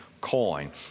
coin